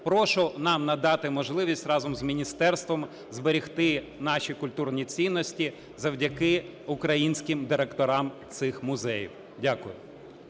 Прошу нам надати можливість разом з міністерством зберегти наші культурні цінності завдяки українським директорам цих музеїв. Дякую.